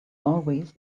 always